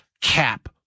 cap